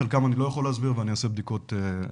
את חלקם אני לא יכול להסביר ואני אעשה בדיקות בבית.